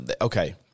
okay